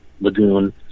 lagoon